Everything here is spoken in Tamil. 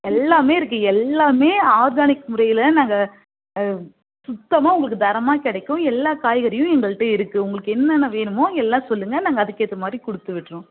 எல்லாமே இருக்குது எல்லாமே ஆர்கானிக் முறையில் தான் நாங்கள் சுத்தமாக உங்களுக்கு தரமாக கிடைக்கும் எல்லா காய்கறியும் எங்கள்ட்ட இருக்குது உங்களுக்கு என்னென்ன வேணுமோ எல்லாம் சொல்லுங்கள் நாங்கள் அதுக்கேற்ற மாதிரி கொடுத்து விடுறோம்